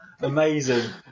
Amazing